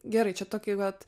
gerai čia tokį vat